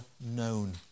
known